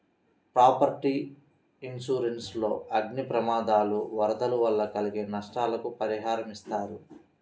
property insurance లో అగ్ని ప్రమాదాలు, వరదలు వల్ల కలిగే నష్టాలకు పరిహారమిస్తారు